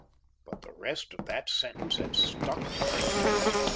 but the rest of that sentence had stuck in her throat,